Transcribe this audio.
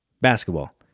basketball